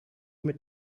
mit